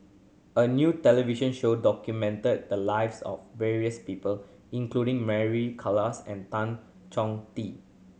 a new television show documented the lives of various people including Mary Klass and Tan Chong Tee